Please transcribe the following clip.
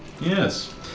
Yes